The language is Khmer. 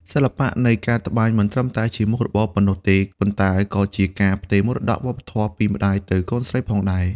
សិល្បៈនៃការត្បាញមិនត្រឹមតែជាមុខរបរប៉ុណ្ណោះទេ ប៉ុន្តែក៏ជាការផ្ទេរមរតកវប្បធម៌ពីម្តាយទៅកូនស្រីផងដែរ។